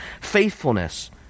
faithfulness